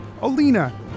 Alina